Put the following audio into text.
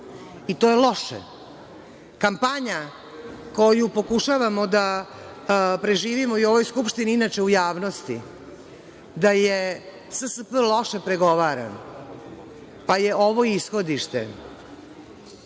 i to je loše. Kampanja koju pokušavamo da preživimo i u ovoj Skupštini, inače u javnosti, da je SSP loše pregovaran, pa je ovo ishodište,